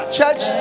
Church